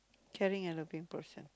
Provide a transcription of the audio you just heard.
caring and loving person